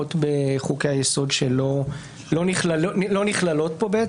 ההוראות בחוקי היסוד שלא נכללות פה.